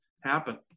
happen